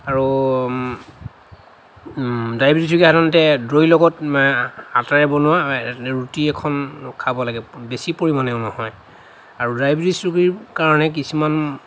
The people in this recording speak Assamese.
আৰু ডায়েবেটিছ ৰোগীয়ে সাধাৰণতে দৈৰ লগত আটাৰে বনোৱা ৰুটি এখন খাব লাগে বেছি পৰিমাণেও নহয় আৰু ডায়েবেটিছ ৰোগীৰ কাৰণে কিছুমান